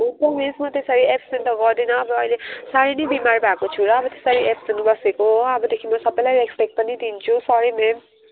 हुन्छ मिस म त्यसरी एबसेन्ट त गर्दिनँ अब अहिले साह्रै नै बिमार भएको छु र अब त्यसरी एबसेन्ट बसेको हो अब देखि म सबैलाई रेस्पेक्ट पनि दिन्छु सरी म्याम